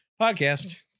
podcast